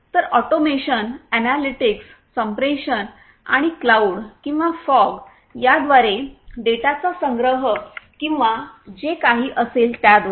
तर automation analytics संप्रेषण आणि क्लाउड किंवा फॉग याद्वारे डेटाचा संग्रह किंवा जे काही असेल त्याद्वारे